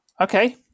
okay